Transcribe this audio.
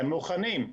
הם מוכנים.